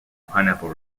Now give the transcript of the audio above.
pineapple